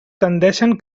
tendeixen